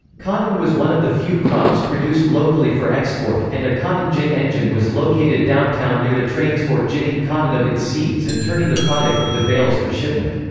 cotton was one of the few crops produced locally for export, and a cotton gin engine was located downtown near the trains for ginning cotton of its seeds and turning the product into bales for shipment.